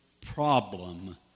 problem